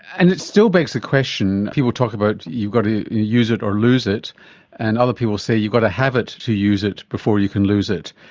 and it still begs the question, people talk about you've got to use it or lose it and other people say you've got a have it to use it before you can lose it.